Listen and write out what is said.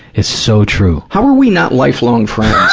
it's so true. how are we not life-long friends,